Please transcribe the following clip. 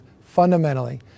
fundamentally